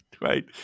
right